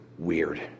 weird